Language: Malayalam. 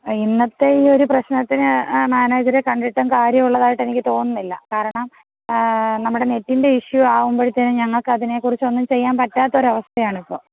ഇന്നത്തെ ഈ ഒരു പ്രശ്നത്തിന് മാനേജരെ കണ്ടിട്ടും കാര്യം ഉള്ളതായിട്ട് എനിക്ക് തോന്നുന്നില്ല കാരണം നമ്മുടെ നെറ്റിൻ്റെ ഇഷ്യൂ ആകുമ്പോഴത്തേനും ഞങ്ങൾക്ക് അതിനെക്കുറിച്ച് ഒന്നും ചെയ്യാൻ പറ്റാത്തൊരവസ്ഥയാണ് ഇപ്പോൾ